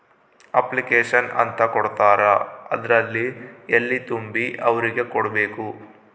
application ಅಂತ ಕೊಡ್ತಾರ ಅದ್ರಲ್ಲಿ ಎಲ್ಲ ತುಂಬಿ ಅವ್ರಿಗೆ ಕೊಡ್ಬೇಕು